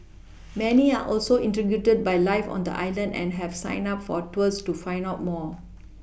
many are also intrigued by life on the island and have signed up for tours to find out more